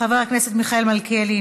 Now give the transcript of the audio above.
חבר הכנסת מיכאל מלכיאלי,